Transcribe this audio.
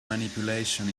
manipulation